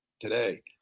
today